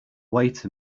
wait